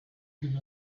give